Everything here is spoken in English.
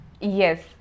Yes